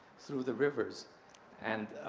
through the rivers and,